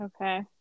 Okay